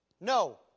no